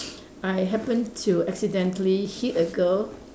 I happen to accidentally hit a girl